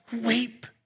weep